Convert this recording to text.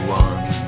one